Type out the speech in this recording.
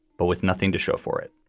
but with nothing to show for it